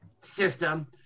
system